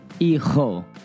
Hijo